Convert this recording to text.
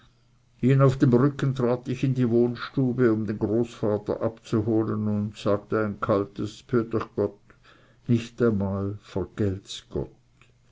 ihn auf dem rücken trat ich in die wohnstube um den großvater abzuholen und sagte ein kaltes b'hüet ech gott nicht einmal vergelt's gott